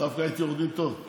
דווקא הייתי עורך דין טוב,